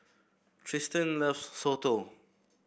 Tristin loves soto